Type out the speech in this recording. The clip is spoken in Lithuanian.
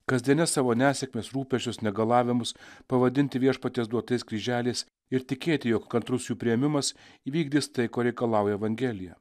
kasdienes savo nesėkmes rūpesčius negalavimus pavadinti viešpaties duotas kryželiais ir tikėti jog kantrus jų priėmimas įvykdys tai ko reikalauja evangelija